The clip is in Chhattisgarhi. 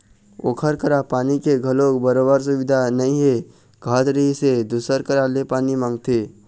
ओखर करा पानी के घलोक बरोबर सुबिधा नइ हे कहत रिहिस हे दूसर करा ले पानी मांगथे